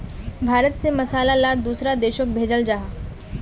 भारत से मसाला ला दुसरा देशोक भेजल जहा